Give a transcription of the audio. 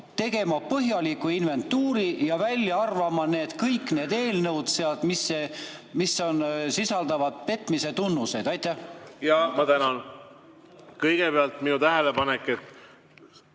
tegema põhjaliku inventuuri ja välja arvama kõik need eelnõud, mis sisaldavad petmise tunnuseid. Ma tänan! Kõigepealt minu tähelepanek.